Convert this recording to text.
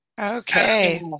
Okay